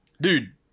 Dude